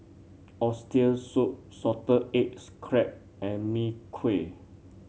Oxtail Soup Salted Eggs crab and Mee Kuah